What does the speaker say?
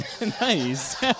Nice